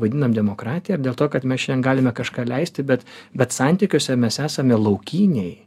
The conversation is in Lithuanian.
vadinam demokratija ar dėl to kad mes šiandien galime kažką leisti bet bet santykiuose mes esame laukiniai